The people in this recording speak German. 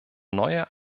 neue